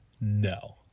no